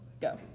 go